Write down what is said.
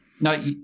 no